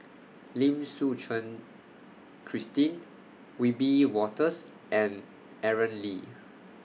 Lim Suchen Christine Wiebe Wolters and Aaron Lee